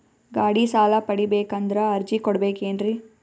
ಗಾಡಿ ಸಾಲ ಪಡಿಬೇಕಂದರ ಅರ್ಜಿ ಕೊಡಬೇಕೆನ್ರಿ?